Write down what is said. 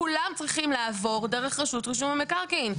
כולם צריכים לעבור דרך רשות רישום למקרקעין.